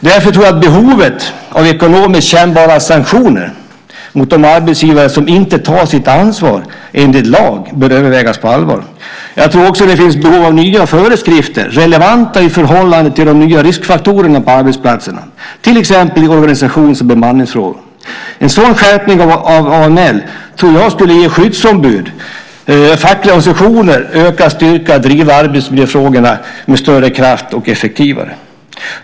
Jag tror att behovet av ekonomiskt kännbara sanktioner mot de arbetsgivare som inte tar sitt ansvar enligt lag bör övervägas på allvar. Jag tror också att det finns behov av nya föreskrifter, relevanta i förhållande till de nya riskfaktorerna på arbetsplatserna, till exempel i organisations och bemanningsfrågor. En sådan skärpning av AML tror jag skulle ge skyddsombud och fackliga organisationer ökad styrka att driva arbetsmiljöfrågorna med större kraft och effektivitet.